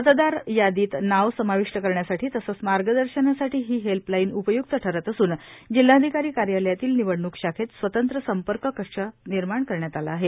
मतदान यादीत नाव समविष्ट करण्यासाठी तसंच मार्गदर्शनासाठी ही हेल्पलाईन उपय्क्त ठरत असून जिल्हाधिकारी कार्यालयातील निवडणूक शाखेत स्वतंत्र संपर्क कक्ष निर्माण करण्यात आला आहे